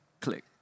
Click